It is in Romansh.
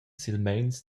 silmeins